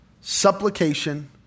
supplication